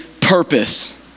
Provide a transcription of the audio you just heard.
purpose